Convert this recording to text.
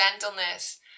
gentleness